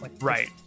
Right